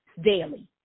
daily